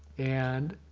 and.